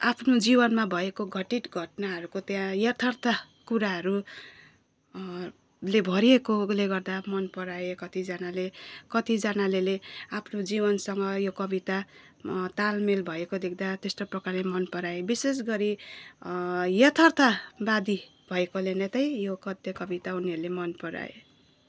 आफ्नो जीवनमा भएको घटित घटनाहरूको त्यहाँ यथार्थ कुराहरू ले भरिएको अबले गर्दा मनपराए कतिजनाले कतिजनाले ले आफ्नो जीवनसँग यो कविता तालमेल भएको देख्दा त्यस्तो प्रकारले मनपराए विशेष गरी यथार्थवादी भएकोले नै चाहिँ यो कथ्य कविता उनीहरूले मनपराए